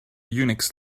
unix